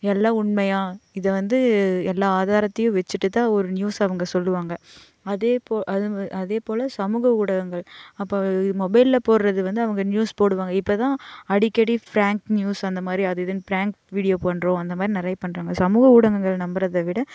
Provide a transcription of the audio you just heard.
இதெல்லாம் உண்மையாக இதை வந்து எல்லாம் ஆதாரத்தையும் வச்சுட்டு தான் ஒரு நியூஸ் அவங்க சொல்லுவாங்க அதேப்போல் அதேப்போல் சமூக ஊடகங்கள் அப்புறம் இது மொபைலில் போடுறது வந்து அவங்க நியூஸ் போடுவாங்க இப்போ தான் அடிக்கடி பிராங்க் நியூஸ் அந்த மாதிரி அது இதுன்னு பிராங்க் வீடியோ பண்ணுறோம் அந்த மாதிரி நிறையா பண்ணுறாங்க சமூக ஊடகங்கள் நம்புறதை விட